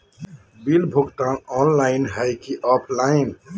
Bill भुगतान online है की ऑफलाइन?